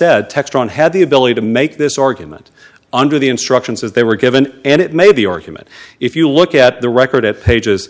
textron had the ability to make this argument under the instructions as they were given and it made the argument if you look at the record at pages